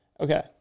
okay